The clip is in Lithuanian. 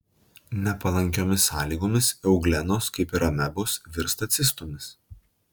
nepalankiomis sąlygomis euglenos kaip ir amebos virsta cistomis